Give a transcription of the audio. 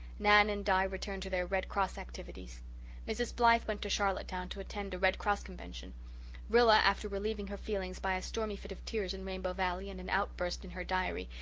nan and di returned to their red cross activities mrs. blythe went to charlottetown to attend a red cross convention rilla after relieving her feelings by a stormy fit of tears in rainbow valley and an outburst in her diary,